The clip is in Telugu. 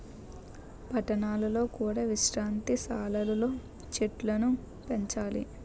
పట్టణాలలో కూడా విశ్రాంతి సాలలు లో చెట్టులను పెంచాలి